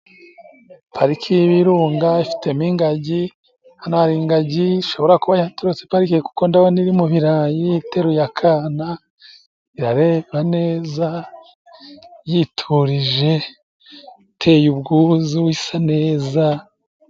Pariki y'Ibirunga ifitemo ingagi. Hano hari ingagi ishobora kuba yatorotse parike kuko ndabona iri mu birayi iteruye akana, irareba neza yiturije, iteye ubwuzu, isa neza.